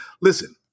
listen